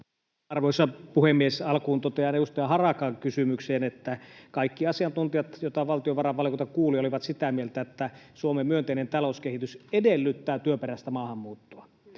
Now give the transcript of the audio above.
Arvoisa puhemies! Alkuun totean edustaja Harakan kysymykseen, että kaikki asiantuntijat, joita valtiovarainvaliokunta kuuli, olivat sitä mieltä, että Suomen myönteinen talouskehitys edellyttää työperäistä maahanmuuttoa.